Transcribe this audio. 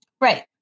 Right